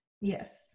yes